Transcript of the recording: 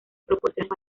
proporciones